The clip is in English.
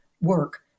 work